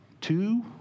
Two